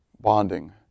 bonding